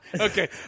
Okay